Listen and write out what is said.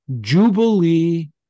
jubilee